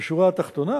בשורה התחתונה,